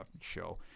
show